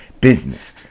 business